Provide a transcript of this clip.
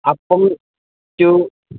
അപ്പം സ്റ്റൂ